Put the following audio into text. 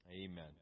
Amen